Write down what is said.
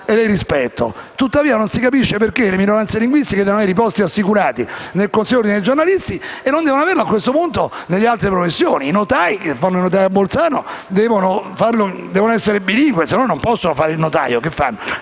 e le rispetto. Tuttavia non si capisce perché le minoranze linguistiche debbano avere i posti assicurati nel Consiglio nazionale dell'Ordine dei giornalisti e non debbano averlo, a questo punto, nelle altre professioni. I notai che esercitano a Bolzano devono essere bilingui, sennò non possono fare il notaio.